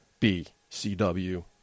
BCW